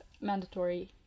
mandatory